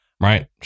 Right